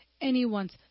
anyone's